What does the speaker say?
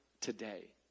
today